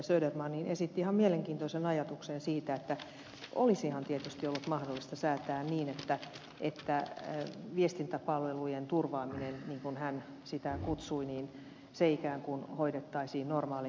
söderman esitti ihan mielenkiintoisen ajatuksen siitä että olisihan tietysti ollut mahdollista säätää niin että viestintäpalvelujen turvaaminen niin kuin hän sitä kutsui ikään kuin hoidettaisiin normaalein menettelyin